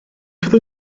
fyddwn